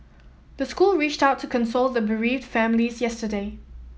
the school reached out to console the bereaved families yesterday